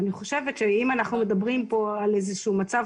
אני חושבת שאם אנחנו מדברים פה על מצב